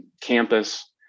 campus